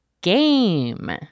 GAME